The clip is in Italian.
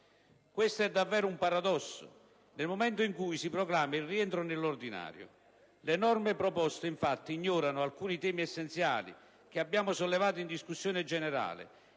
Questo è davvero un paradosso, nel momento in cui si proclama il rientro nell'ordinario. Le norme proposte, infatti, ignorano alcuni temi essenziali che abbiamo sollevato in discussione generale,